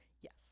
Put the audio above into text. yes